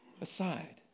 aside